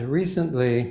recently